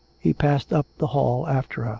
he passed up the hall after her.